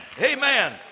Amen